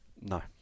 No